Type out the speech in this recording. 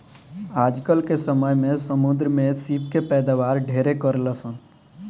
आजकल के समय में समुंद्र में सीप के पैदावार ढेरे करेलसन